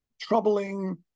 troubling